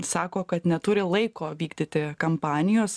sako kad neturi laiko vykdyti kampanijos